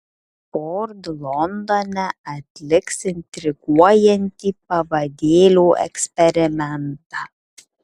ford londone atliks intriguojantį pavadėlio eksperimentą